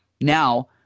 Now